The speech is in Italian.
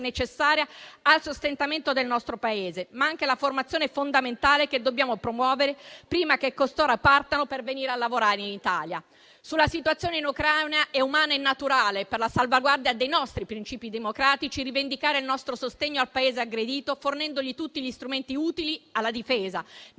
necessaria al sostentamento del nostro Paese, ma altrettanto fondamentale è la formazione che dobbiamo promuovere prima che costoro partano per venire a lavorare in Italia. Sulla situazione in Ucraina è umano e naturale, per la salvaguardia dei nostri principi democratici, rivendicare il nostro sostegno al Paese aggredito, fornendogli tutti gli strumenti utili alla difesa necessaria,